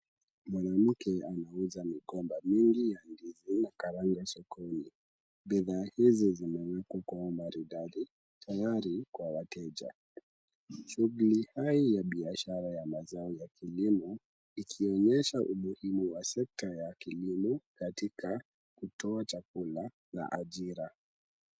Mwanamke anauza migomba mingi ya ndizi na karanga sokoni .Bidhaa hizi zimewekwa kwa umaridadi tayari kwa wateja. Shughuli hii ya biashara ya mazao ya kilimo ikionesha umuhimu wa sekta ya kilimo katika kutoa chakula na ajira.